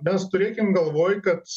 mes turėkim galvoj kad